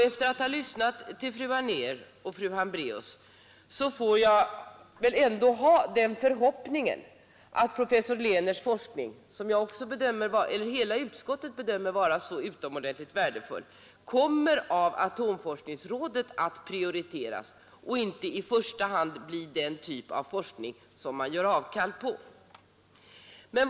Efter att ha lyssnat till fru Anér och fru Hambraeus får jag väl ändå ha den förhoppningen att professor Lehnerts forskning, som hela utskottet bedömer vara så utomordentligt värdefull, av atomforskningsrådet kommer att prioriteras och inte bli den typ av forskning som man i första hand gör avkall på.